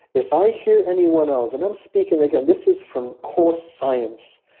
if i hear anyone else, and i'm speaking again, this is from course science,